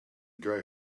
gray